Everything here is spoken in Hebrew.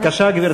בבקשה, גברתי.